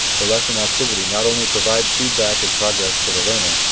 the lesson activity not only provides feedback and progress to the learner,